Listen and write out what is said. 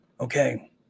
Okay